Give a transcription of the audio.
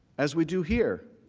as we do here,